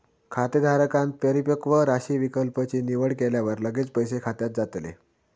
खातेधारकांन परिपक्व राशी विकल्प ची निवड केल्यावर लगेच पैसे खात्यात जातले